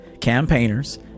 campaigners